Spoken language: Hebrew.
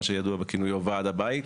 מה שידוע בכינוי "ועד הבית".